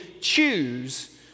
choose